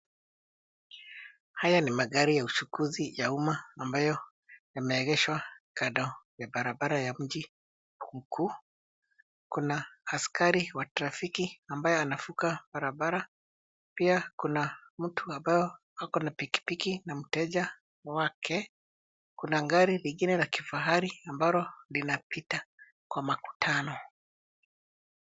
Haya ni magari ya uchukuzi ya umma ambayo yameegeshwa kando ya barabara ya mji mkuu. Kuna askari wa trafiki ambaye anavuka barabara. Pia kuna mtu ambaye ako na pikipiki na mteja wake. Kuna gari lingine la kifahari ambalo linapita kwa makutano.